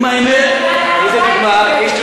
יש דוגמה?